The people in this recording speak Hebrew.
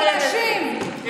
מוחלשים, עניים.